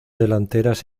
delanteras